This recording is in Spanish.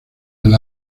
del